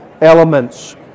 elements